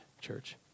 church